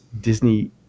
Disney